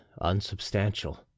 unsubstantial